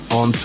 on